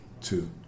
two